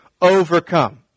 overcome